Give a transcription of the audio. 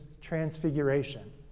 transfiguration